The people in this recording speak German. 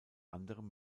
anderem